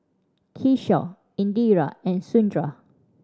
Kishore Indira and Sundar